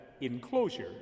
enclosure